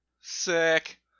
Sick